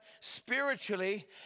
spiritually